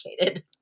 educated